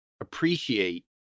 appreciate